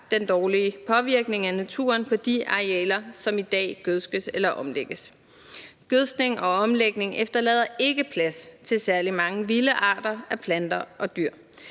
den dårlige påvirkning af naturen på de arealer, som i dag gødskes eller omlægges. Gødskning og omlægning efterlader ikke plads til særlig mange vilde arter af planter og dyr.